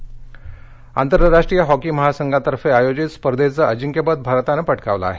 hockey आंतरराष्ट्रीय hockey महासंघातर्फे आयोजित स्पर्धेचं अजिंक्यपद भारतानं पटकावलं आहे